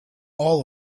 all